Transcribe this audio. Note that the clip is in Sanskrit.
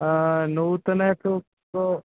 नूतन तु